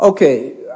Okay